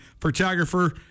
photographer